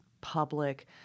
public